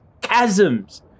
chasms